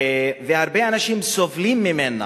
הרבה אנשים סובלים ממנה.